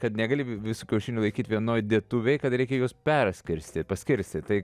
kad negali viso kiaušinio laikyti vienoje dėtuvėj kad reikia juos perskirstyt paskirstyt tai